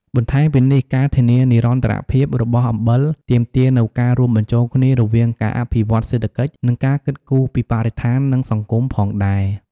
បន្ថែមពីនេះ ការធានានិរន្តរភាពរបស់អំបិលទាមទារនូវការរួមបញ្ចូលគ្នារវាងការអភិវឌ្ឍន៍សេដ្ឋកិច្ច និងការគិតគូរពីបរិស្ថាន និងសង្គមផងដែរ។